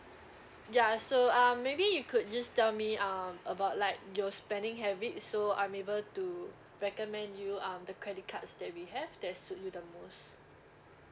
ya so um maybe you could just tell me um about like your spending habits so I'm able to recommend you um the credit cards that we have that suit you the most